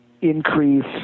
increase